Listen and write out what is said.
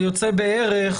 זה יוצא בערך